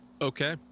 okay